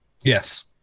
Yes